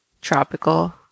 tropical